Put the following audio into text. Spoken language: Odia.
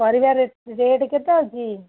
ପରିବା ରେଟ୍ କେତେ ଅଛି